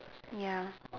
ya